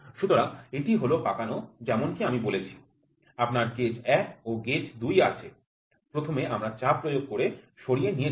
সুতরাং এটি হল কচলানো যেমনটি আমি বলেছি আপনার কাছে প্রথম ও দ্বিতীয় গেজ আছে প্রথমে আমরা চাপ প্রয়োগ করে সরিয়ে নিয়ে যাব